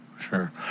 sure